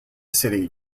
city